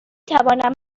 توانم